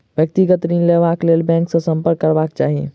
व्यक्तिगत ऋण लेबाक लेल बैंक सॅ सम्पर्क करबाक चाही